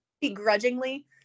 begrudgingly